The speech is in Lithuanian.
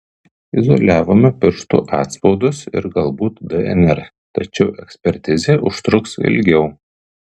izoliavome pirštų atspaudus ir galbūt dnr tačiau ekspertizė užtruks ilgiau